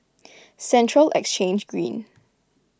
Central Exchange Green